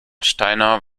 steiner